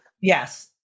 Yes